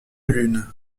lune